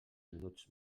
minuts